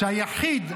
היחיד,